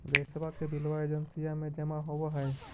गैसवा के बिलवा एजेंसिया मे जमा होव है?